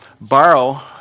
borrow